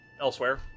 elsewhere